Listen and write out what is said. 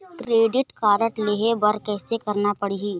Credit card लेहे बर कैसे करना पड़ही?